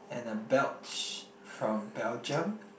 and a belch from Belgium